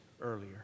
earlier